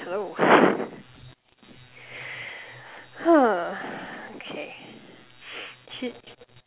hello okay she